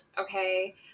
Okay